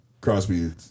Crosby